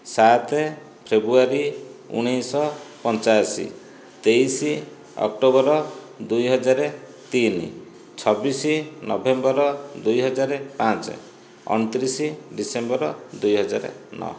ସାତ ଫେବୃଆରୀ ଉଣେଇଶହ ପଞ୍ଚାଅଶୀ ତେଇଶି ଅକ୍ଟୋବର ଦୁଇହାଜର ତିନି ଛବିଶି ନଭେମ୍ବର ଦୁଇହାଜର ପାଞ୍ଚ ଅଣତିରିଶି ଡିସେମ୍ବର ଦୁଇ ହଜାର ନଅ